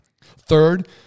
Third